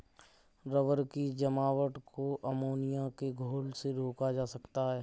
rubber की जमावट को अमोनिया के घोल से रोका जा सकता है